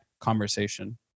conversation